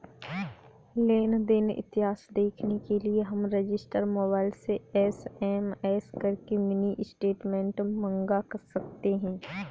लेन देन इतिहास देखने के लिए हम रजिस्टर मोबाइल से एस.एम.एस करके मिनी स्टेटमेंट मंगा सकते है